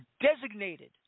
designated